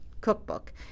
cookbook